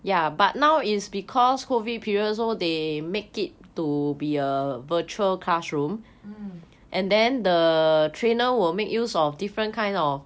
mm